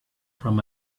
from